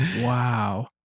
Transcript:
Wow